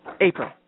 April